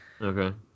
okay